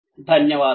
ధన్యవాదాలు